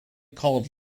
called